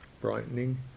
brightening